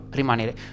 rimanere